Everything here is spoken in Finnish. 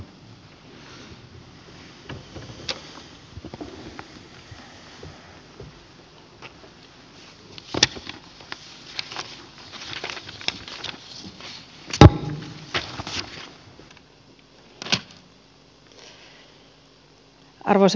arvoisa puhemies